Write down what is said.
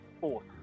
fourth